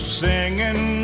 singing